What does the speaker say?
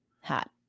hat